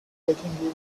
breaking